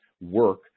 work